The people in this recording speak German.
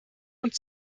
und